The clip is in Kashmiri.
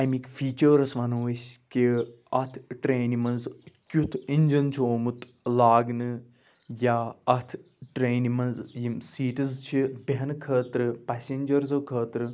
اَمِکۍ فیٖچٲرٕز وَنو أسۍ کہ اَتھ ٹرٛینہِ منٛز کیُٚتھ اِنجَن چھُ آمُت لاگنہٕ یا اَتھ ٹرٛینہِ منٛز یِم سیٖٹٕز چھِ بٮ۪ہنہٕ خٲطرٕ پَسنجٕرٕزو خٲطرٕ